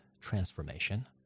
transformation